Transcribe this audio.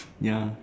ya